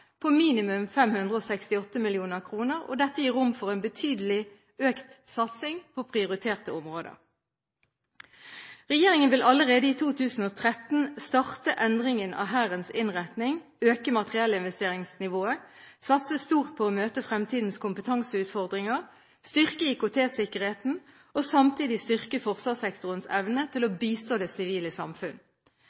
på minimum 568 mill. kr. Dette gir rom for en betydelig økt satsing på prioriterte områder. Regjeringen vil allerede i 2013 starte endringen av Hærens innretning, øke materiellinvesteringsnivået, satse stort på å møte fremtidens kompetanseutfordringer, styrke IKT-sikkerheten og samtidig styrke forsvarssektorens evne til å bistå det sivile